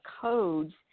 codes